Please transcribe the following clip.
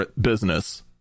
business